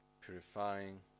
purifying